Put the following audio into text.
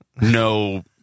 no